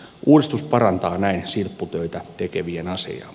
uudistus parantaa näin silpputöitä tekevien asemaa